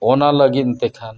ᱚᱱᱟ ᱞᱟᱹᱜᱤᱫᱛᱮ ᱠᱷᱟᱱ